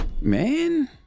Man